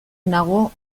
nago